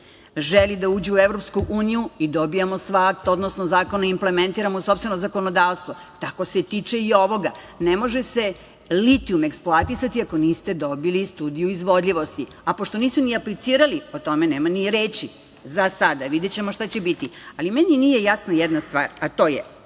želi da uđe u Evropsku uniju i zakonom implementiramo sopstveno zakonodavstvo. Tako se tiče i ovoga. Ne može se litijum eksploatisati ako niste dobili i studiju izvodljivosti, a pošto nisu ni aplicirali o tome nema ni reči za sada. Videćemo šta će biti. Ali meni nije jasna jedna stvar, a to je